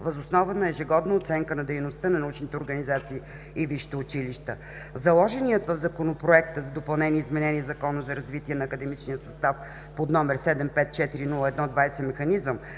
въз основа на ежегодна оценка на дейността на научните организации и висшите училища. Заложеният в Законопроекта за допълнение и изменение на Закон за развитие на академичния състав, № 754-01-20, Механизъм